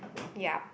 ya